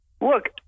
Look